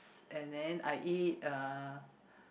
and then I eat uh